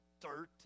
dirt